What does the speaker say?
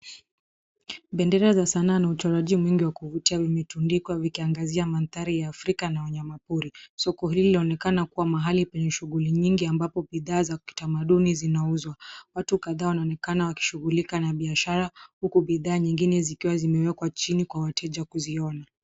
Bendera za sanaa na uchoraji mwingi wa kuvutia vimetundikwa vikiangazia manthari ya Afrika na wanyama pori. Soko hili linaonekana kuwa mahali penye shughuli nyingi ambapo bidhaa za kitamaduni zinauzwa. Watu kadhaa wanaonekana wakishughulika na biashara huku bidhaa zengine zikiwa zimewekwa chini kwa wateja kuziona.